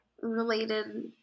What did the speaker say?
related